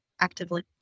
actively